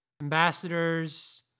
Ambassadors